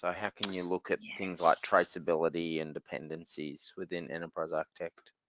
ah how can you look at things like traceability and dependencies within enterprise architect